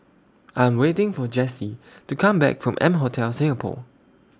I Am waiting For Jessye to Come Back from M Hotel Singapore